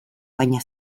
baina